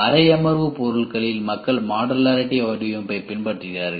அறையமர்வுப்பொருட்களில் மக்கள் மாடுலாரிடி வடிவமைப்பைப் பின்பற்றுகிறார்கள்